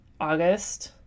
August